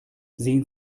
sehen